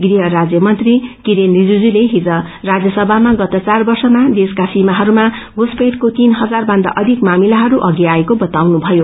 गृह राज्य मंत्री किरेन रिजिजूले विज राज्यसभामा गत चार वर्षमा देशका सीमाहरूमा पुसपैठको तीन हजारभन्दा अधिक मामिलाहरू अघि आएको बताउनु भयो